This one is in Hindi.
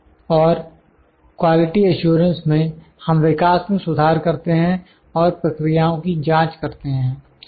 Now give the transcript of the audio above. और क्वालिटी एश्योरेंस में हम विकास में सुधार करते हैं और प्रक्रियाओं की जांच करते हैं